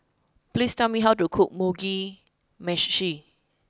please tell me how to cook Mugi meshi